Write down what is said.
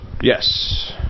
Yes